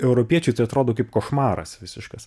europiečiai tai atrodo kaip košmaras visiškas